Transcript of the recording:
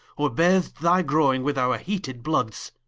or bath'd thy growing, with our heated bloods